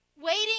Waiting